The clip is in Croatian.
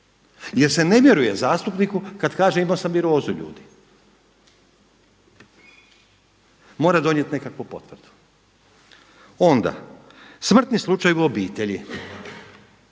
Jer se ne vjeruje zastupniku kada kaže imao sam virozu ljudi. Mora donijeti nekakvu potvrdu. Onda, smrtni slučaj u obitelji.